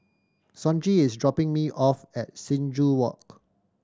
Sonji is dropping me off at Sing Joo Walk